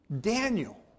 Daniel